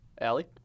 Allie